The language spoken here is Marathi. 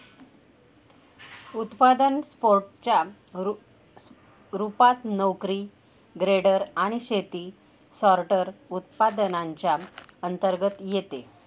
उत्पादन सोर्टर च्या रूपात, नोकरी ग्रेडर आणि शेती सॉर्टर, उत्पादनांच्या अंतर्गत येते